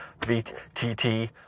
vtt